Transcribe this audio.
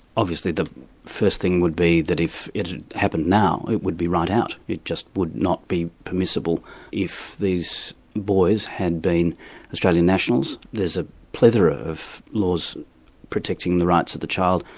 obviously the first thing would be that if it happened now, it would be right out. it just would not be permissible if these boys had been australian nationals, there's a plethora of laws protecting the rights of the child,